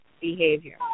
behavior